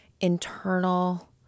internal